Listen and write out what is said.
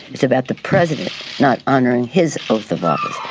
it's about the president not honoring his oath of office